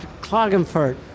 Klagenfurt